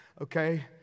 okay